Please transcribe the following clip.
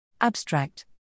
Abstract